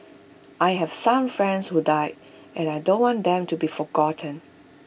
I have some friends who died and I don't want them to be forgotten